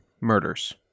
murders